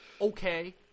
okay